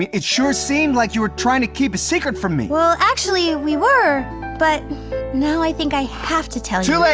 it sure seemed like you were trying to keep a secret from me. well actually we were but now i think i have to tell you. too